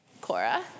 Cora